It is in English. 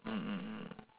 mm mm mm mm